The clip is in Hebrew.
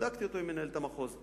בדקתי אותו עם מנהלת המחוז.